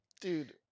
Dude